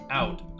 out